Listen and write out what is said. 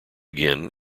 again